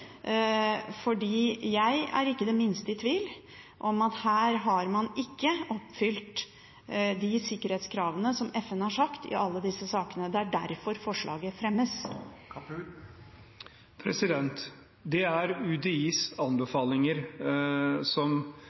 Jeg er ikke det minste i tvil om at man ikke i alle disse sakene har oppfylt de sikkerhetskravene som FN har stilt. Det er derfor forslaget fremmes. Det er UDIs anbefalinger som